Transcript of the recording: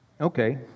Okay